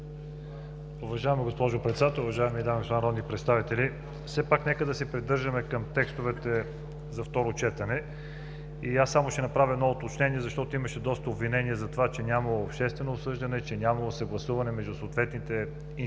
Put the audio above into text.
Уважаема госпожо Председател, уважаеми дами и господа народни представители! Все пак нека да се придържаме към текстовете за второ четене. Аз само ще направя едно уточнение, защото имаше доста обвинения, че нямало обществено обсъждане, че нямало съгласуване между съответните институции